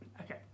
okay